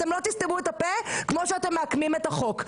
אתם לא תסתמו את הפה כמו שאתם מעקמים את החוק.